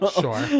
sure